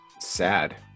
sad